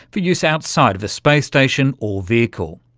for use outside of a space station or vehicle.